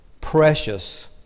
precious